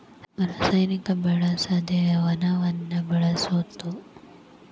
ರಸಾಯನಿಕ ಬಳಸದೆ ವನವನ್ನ ಬೆಳಸುದು